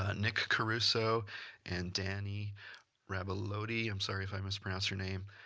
ah nick caruso and dani rabaiotti, i'm sorry if i mispronounced your name,